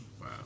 Wow